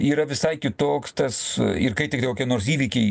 yra visai kitoks tas ir kai tik kokie nors įvykiai